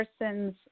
person's